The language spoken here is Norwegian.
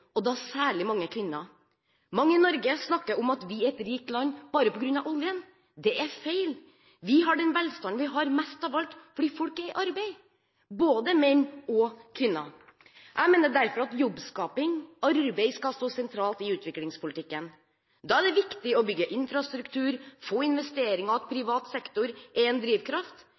og da særlig mange kvinner. Mange i Norge snakker om at vi er et rikt land bare på grunn av oljen. Det er feil. Vi har den velstanden vi har mest av alt fordi folk er i arbeid, både menn og kvinner. Jeg mener derfor at jobbskaping, arbeid, skal stå sentralt i utviklingspolitikken. Da er det viktig å bygge infrastruktur. Å få investeringer i privat sektor er en drivkraft,